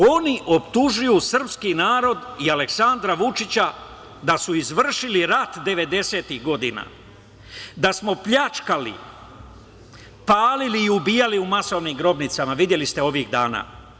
Oni optužuju srpski narod i Aleksandra Vučića da su izvršili rat 90-tih godina, da smo pljačkali, palili i ubijali u masovnim grobnicama, videli ste ovih dana.